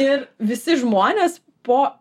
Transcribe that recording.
ir visi žmonės po